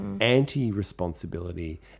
anti-responsibility